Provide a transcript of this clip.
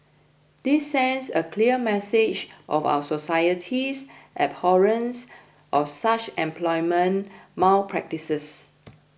this sends a clear message of our society's abhorrence of such employment malpractices